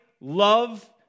love